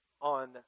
on